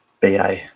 BA